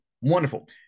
wonderful